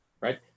Right